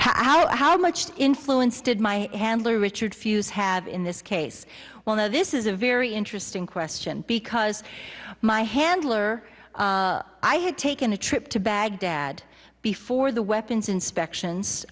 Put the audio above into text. it how much influence did my handler richard fuz have in this case well no this is a very interesting question because my handler i had taken a trip to baghdad before the weapons inspections